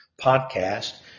podcast